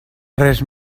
res